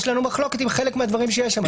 יש לנו מחלוקת עם חלק מהדברים שיש שם.